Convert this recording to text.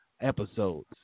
episodes